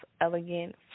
elegant